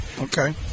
okay